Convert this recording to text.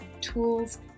tools